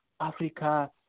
Africa